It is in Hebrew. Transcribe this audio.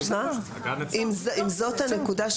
אם זאת הנקודה,